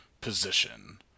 position